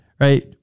Right